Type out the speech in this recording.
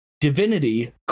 Divinity